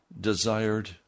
desired